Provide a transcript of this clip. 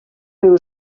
riu